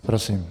Prosím.